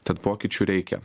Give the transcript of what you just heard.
tad pokyčių reikia